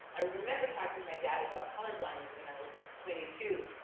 i remember talking to my dad about colorblindness when i was twenty two.